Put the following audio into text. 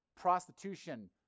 Prostitution